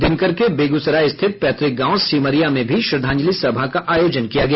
दिनकर के बेगूसराय स्थित पैतृक गांव सिमरिया में भी श्रद्धांजलि सभा का आयोजन किया गया